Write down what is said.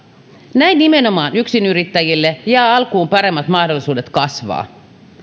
näin nimenomaan yksinyrittäjille jää alkuun paremmat mahdollisuudet kasvaa